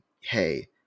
hey